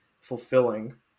fulfilling